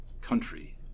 country